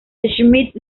schmidt